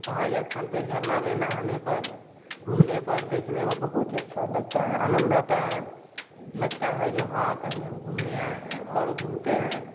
पहाड़ी स्थान पर झरना में नहाने पर घूमने पर देखने पर बहुत ही अच्छा लगता है आनंद आता है लगता है जो हाँ कहीं हम घूमने आए हैं और घूमते हैं